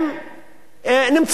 משתמשים באותה שפה,